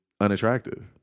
unattractive